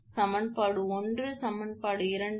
எனவே சமன்பாடு 1 மற்றும் சமன்பாடு 2 இலிருந்து 𝑉3 உங்கள் 1